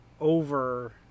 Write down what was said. over